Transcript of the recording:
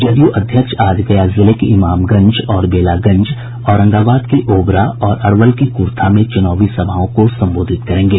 जदयू अध्यक्ष आज गया जिले के इमामगंज और बेलागंज औरंगाबाद के ओबरा और अरवल के क्र्था में चूनावी सभाओं को संबोधित करेंगे